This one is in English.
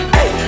Hey